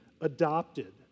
adopted